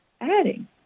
adding